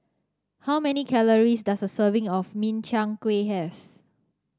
how many calories does a serving of Min Chiang Kueh have